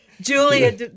Julia